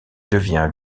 devient